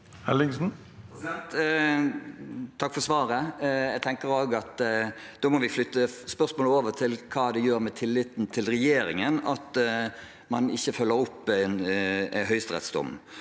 tenker også at da må vi flytte spørsmålet over til hva det gjør med tilliten til regjeringen at man ikke følger opp en høyesterettsdom.